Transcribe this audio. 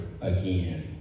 Again